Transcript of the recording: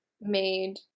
made